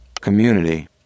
Community